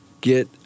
get